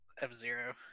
F-Zero